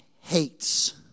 hates